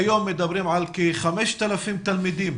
כיום מדברים על כ-5,000 תלמידים